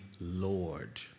Lord